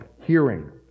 hearing